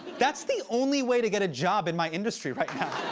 that's the only way to get a job in my industry right now.